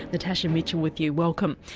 natasha mitchell with you, welcome.